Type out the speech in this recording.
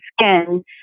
skin